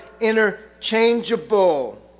interchangeable